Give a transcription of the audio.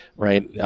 right? yeah